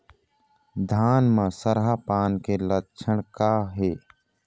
धान म सरहा पान के लक्षण का हे?